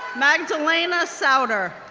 magdalena sowder,